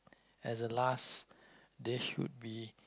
as a last dish would be